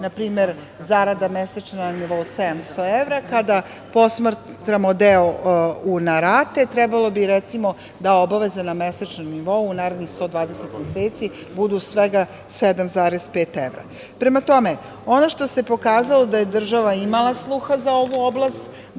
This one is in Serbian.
na primer, zarada mesečna na nivou 700 evra, kada posmatramo deo na rate, trebalo bi, recimo, da obaveza na mesečnom nivou narednih 120 meseci budu svega 7,5 evra. Prema tome, ono što se pokazalo je da je država imala sluha za ovu oblast.